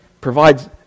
provides